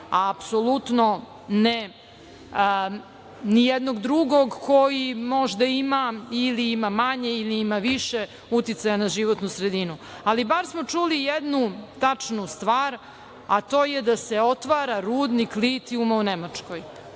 Apsolutno nijednog drugog koji možda ima ili ima manje ili ima više uticaja na životnu sredinu. Bar smo čuli jednu tačnu stvar, a to je da se otvara rudnik litijuma u Nemačkoj.